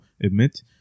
emit